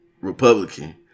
Republican